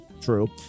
true